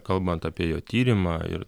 kalbant apie jo tyrimą ir